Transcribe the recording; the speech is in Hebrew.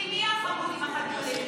מי החמוד עם החתולים?